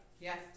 Yes